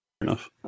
enough